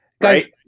Guys